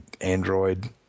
Android